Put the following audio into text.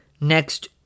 next